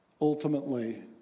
ultimately